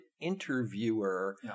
interviewer